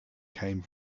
came